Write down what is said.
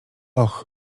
och